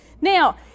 Now